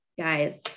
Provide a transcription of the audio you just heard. guys